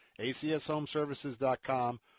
acshomeservices.com